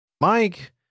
Mike